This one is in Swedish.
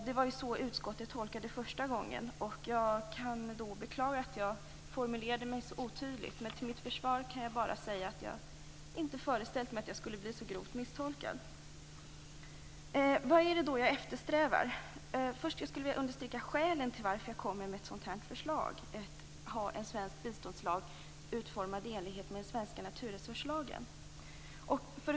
Det var så utskottet tolkade det första gången, och jag kan beklaga att jag formulerade mig så otydligt. Till mitt försvar kan jag bara säga att inte hade föreställt mig att jag skulle bli så grovt misstolkad. Vad är det då jag eftersträvar? Jag skulle vilja börja med att understryka skälen till att jag kommer med ett sådant här förslag om att ha en svensk biståndslag utformad i enlighet med den svenska naturresurslagen.